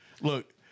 Look